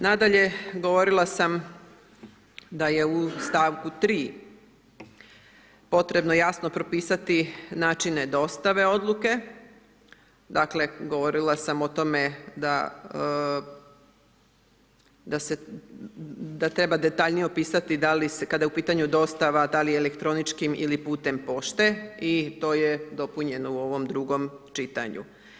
Nadalje, govorila sam da je u st. 3. potrebno jasno propisati načine dostave odluke, dakle, govorila sam o tome da treba detaljnije opisati, kada je u pitanje dostava, da li je elektroničkim ili putem pošte i to je dopunjeno u ovom drugom čitanju.